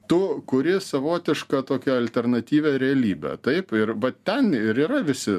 tu kuri savotišką tokią alternatyvią realybę taip ir vat ten ir yra visi